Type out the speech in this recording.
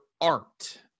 Art